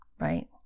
right